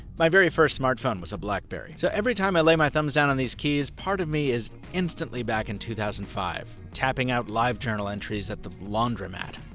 my very first smart phone was a blackberry, so every time i lay my thumbs down on these keys, part of me is instantly back in two thousand and five, tapping out livejournal entries at the laundromat.